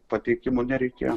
pateikimų nereikėjo